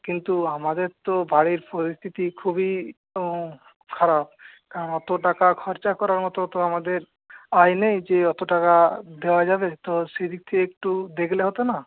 কিন্তু আমাদের তো বাড়ির পরিস্থিতি খুবই খারাপ কারণ অত টাকা খরচা করার মত তো আমাদের আয় নেই যে অত টাকা দেওয়া যাবে তো সেদিক থেকে একটু দেখলে হত না